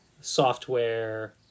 software